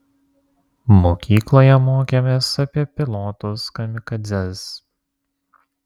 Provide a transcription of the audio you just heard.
mokykloje mokėmės apie pilotus kamikadzes